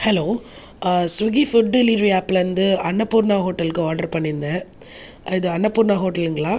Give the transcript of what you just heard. hello Swiggy food delivery ஆப்லிருந்து அன்னப்பூர்ணா ஹோட்டலுக்கு order பண்ணி இருந்தேன் அது அன்னபூர்ணா ஹோட்டலுங்களா